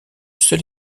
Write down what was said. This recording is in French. seul